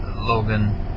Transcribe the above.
Logan